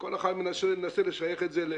וכל אחד מנסה לשייך את זה,